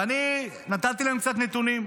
ואני נתתי להם קצת נתונים.